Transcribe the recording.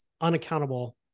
Unaccountable